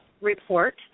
report